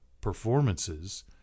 performances